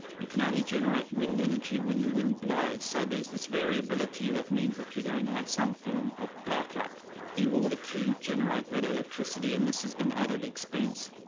you can only generate wind energy when the wind blows. so there's this variability that means that you're going to have some form of back up in order to generate that electricity and this has been and added expense.